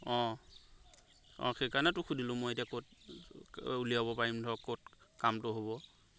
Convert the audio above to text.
অঁ অঁ সেইকাৰণে তোক সুধিলোঁ মই এতিয়া ক'ত উলিয়াব পাৰিম ধৰ ক'ত কামটো হ'ব